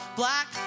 black